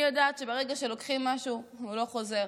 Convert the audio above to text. אני יודעת שברגע שלוקחים משהו, הוא לא חוזר.